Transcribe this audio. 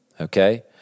Okay